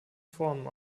formen